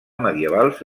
medievals